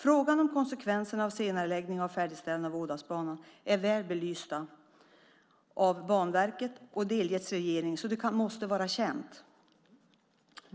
Frågan om konsekvenserna av en senareläggning av färdigställandet av Ådalsbanan är väl belyst av Banverket och delges regeringen. Det måste alltså vara känt.